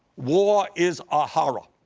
war is a horror,